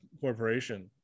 corporation